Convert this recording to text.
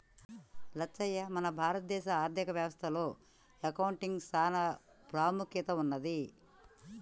లచ్చయ్య మన భారత దేశ ఆర్థిక వ్యవస్థ లో అకౌంటిగ్కి సాన పాముఖ్యత ఉన్నది